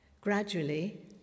Gradually